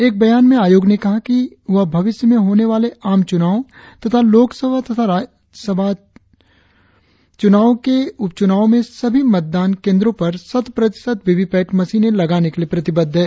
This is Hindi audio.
एक बयान में आयोग ने कहा है कि वह भविष्य में होने वाले आम चुनावों तथा लोकसभा और राज्य विधानसभाओं के उपचुनावों में सभी मतदान केंद्रों पर शत प्रतिशत वीवीपैट मशीनें लगाने के लिए प्रतिबद्ध है